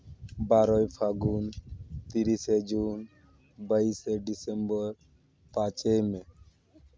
ᱵᱟᱨᱚᱭ ᱯᱷᱟᱹᱜᱩᱱ ᱛᱤᱨᱤᱥᱮᱭ ᱡᱩᱱ ᱵᱟᱭᱤᱥᱮ ᱰᱤᱥᱮᱢᱵᱚᱨ ᱯᱟᱸᱪᱮ ᱢᱮ